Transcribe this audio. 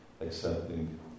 accepting